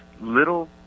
little